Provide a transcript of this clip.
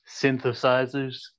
synthesizers